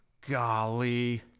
Golly